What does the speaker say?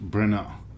Brenner